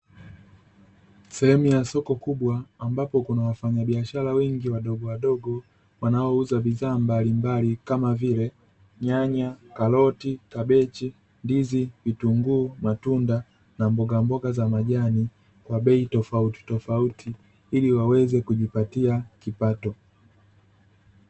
Sehemu ya soko kubwa ambapo kuna wafanyabiashara wengi wadogo wadogo wanaouza bidhaa mbalimbali kama vile nyanya, karoti, kabechi, ndizi, vitunguu, matunda, na mbogamboga za majani kwa bei tofauti tofauti ili waweze kujipatia kipato.